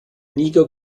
niger